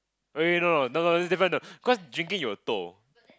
wait wait no no no no is different though cause drinking you'll toh